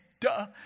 duh